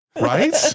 Right